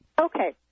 Okay